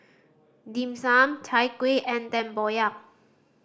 Dim Sum Chai Kuih and tempoyak